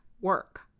work